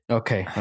okay